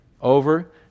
Over